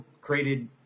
created